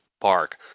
Park